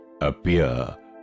appear